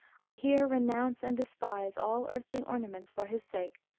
i here renounce and despise all earthly ornaments for his sake,